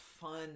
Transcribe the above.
fun